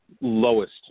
lowest